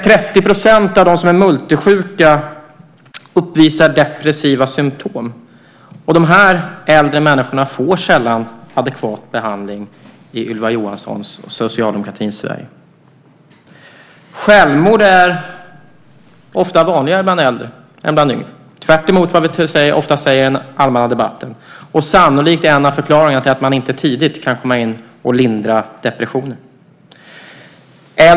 30 % av dem som är multisjuka uppvisar depressiva symtom. De här äldre människorna får sällan adekvat behandling i Ylva Johanssons och socialdemokratins Sverige. Självmord är ofta vanligare bland äldre än bland yngre, tvärtemot vad vi oftast säger i den allmänna debatten, och sannolikt är en av förklaringarna att man inte tidigt kan komma in och lindra depressioner.